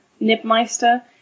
nibmeister